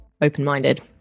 open-minded